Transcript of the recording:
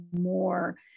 more